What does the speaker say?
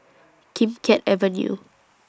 Kim Keat Avenue